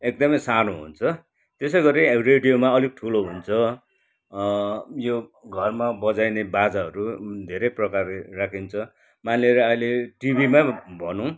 एकदमै सानो हुन्छ त्यसै गरी अब रेडियोमा अलिक ठुलो हुन्छ यो घरमा बजाइने बाजाहरू घरै प्रकारले राखिन्छ मानेर अहिले टिभीमै भनौँ